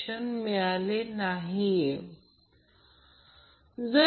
8 98